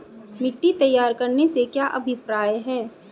मिट्टी तैयार करने से क्या अभिप्राय है?